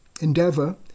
endeavor